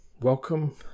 welcome